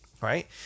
right